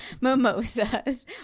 mimosas